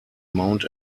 mount